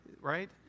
right